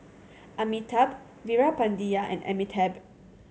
Amitabh Veerapandiya and Amitabh